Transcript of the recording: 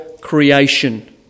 creation